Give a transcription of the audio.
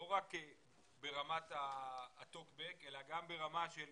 לא רק ברמת ה-טוק בק, אלא גם ברמה של